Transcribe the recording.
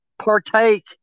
partake